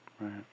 Right